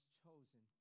chosen